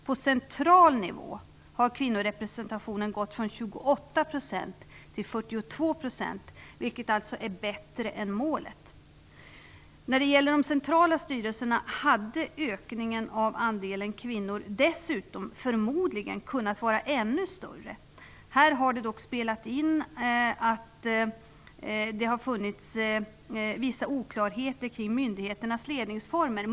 På central nivå har kvinnorepresentationen gått från 28 % till 42 %, vilket alltså är bättre än det uppställda målet. Ökningen av andelen kvinnor i de centrala styrelserna hade förmodligen dessutom kunnat vara ännu större. Utvecklingen här har emellertid påverkats av vissa oklarheter kring myndigheternas ledningsformer.